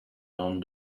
non